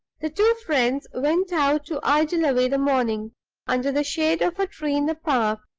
the two friends went out to idle away the morning under the shade of a tree in the park.